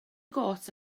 got